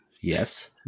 Yes